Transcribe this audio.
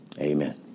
Amen